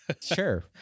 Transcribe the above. Sure